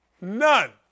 none